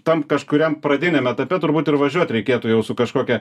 tam kažkuriam pradiniam etape turbūt ir važiuot reikėtų jau su kažkokia